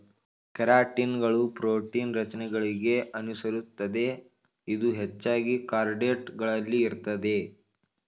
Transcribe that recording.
ಕೆರಾಟಿನ್ಗಳು ಪ್ರೋಟೀನ್ ರಚನೆಗಳಿಗೆ ಅನುಸರಿಸುತ್ತದೆ ಇದು ಹೆಚ್ಚಾಗಿ ಕಾರ್ಡೇಟ್ ಗಳಲ್ಲಿ ಇರ್ತದೆ